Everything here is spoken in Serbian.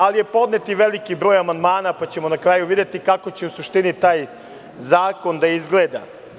Ali, podnet je i veliki broj amandmana, pa ćemo na kraju videti kako će u suštini taj zakon da izgleda.